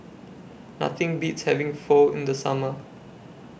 Nothing Beats having Pho in The Summer